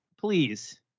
please